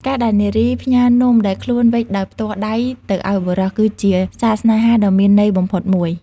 ការដែលនារីផ្ញើនំដែលខ្លួនវេចដោយផ្ទាល់ដៃទៅឱ្យបុរស គឺជាសារស្នេហាដ៏មានន័យបំផុតមួយ។